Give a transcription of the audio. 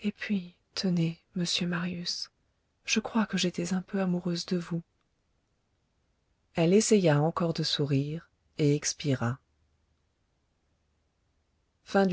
et puis tenez monsieur marius je crois que j'étais un peu amoureuse de vous elle essaya encore de sourire et expira